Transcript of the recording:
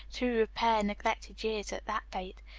to repair neglected years at that date,